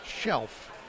shelf